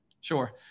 Sure